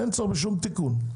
אין צורך בשום תיקון,